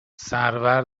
سرور